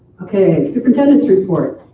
okay, superintendent's report.